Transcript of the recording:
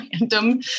random